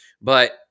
but-